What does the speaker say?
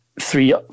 three